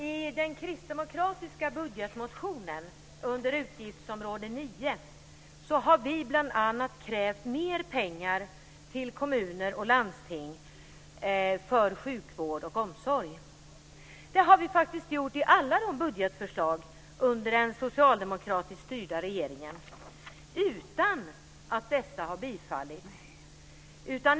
I den kristdemokratiska budgetmotionen under utgiftsområde 9 har vi bl.a. krävt mer pengar till kommuner och landsting för sjukvård och omsorg. Det har vi faktiskt gjort i alla de budgetförslag som vi lagt fram under den socialdemokratiskt styrda regeringen utan att dessa har bifallits.